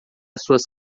suas